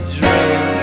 dream